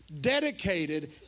dedicated